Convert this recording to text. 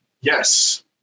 yes